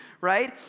right